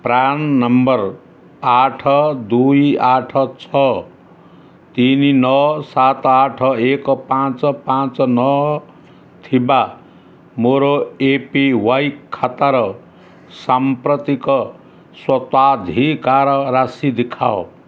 PRAN number ଆଠ ଦୁଇ ଆଠ ଛଅ ତିନି ନଅ ସାତ ଆଠ ଏକ ପାଞ୍ଚ ପାଞ୍ଚ ନଅ ଥିବା ମୋର ଏ ପି ୱାଇ ଖାତାର ସାମ୍ପ୍ରତିକ ସ୍ୱତ୍ୱାଧିକାର ରାଶି ଦିଖାଅ